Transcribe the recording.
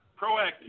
proactive